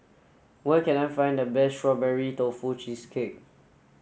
where can I find the best strawberry tofu cheesecake